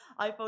iPhone